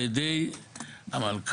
על ידי המנכ"ל,